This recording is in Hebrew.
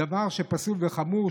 זה דבר פסול וחמור,